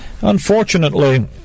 Unfortunately